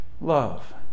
love